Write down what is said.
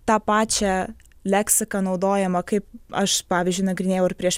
tą pačią leksiką naudojamą kaip aš pavyzdžiui nagrinėjau ir prieš